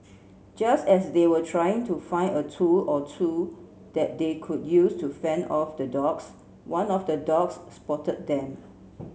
just as they were trying to find a tool or two that they could use to fend off the dogs one of the dogs spotted them